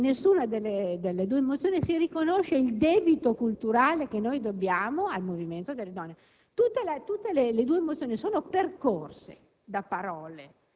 è che in nessuna delle due mozioni si riconosce il debito culturale che dobbiamo al movimento delle donne. Tutte e due le mozioni sono percorse